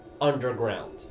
underground